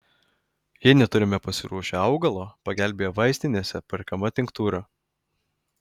jei neturime pasiruošę augalo pagelbėja vaistinėse perkama tinktūra